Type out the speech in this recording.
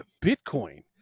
Bitcoin